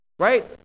Right